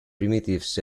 saints